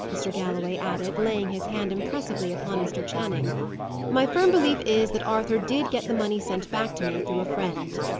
mr. galloway added, laying his hand impressively upon mr. channing my firm belief is, that arthur did get the money sent back to me through a friend.